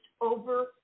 over